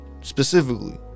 specifically